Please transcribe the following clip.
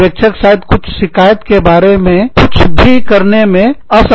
पर्यवेक्षक शायद कुछ शिकायत के बारे में कुछ भी करने में असमर्थ हो